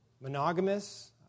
monogamous